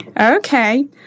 Okay